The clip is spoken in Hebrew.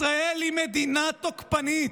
"ישראל היא מדינה תוקפנית".